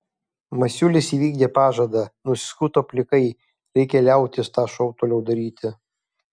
masiulis įvykdė pažadą nusiskuto plikai reikia liautis tą šou toliau daryti